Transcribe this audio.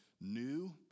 new